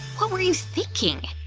what were you thinking?